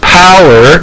power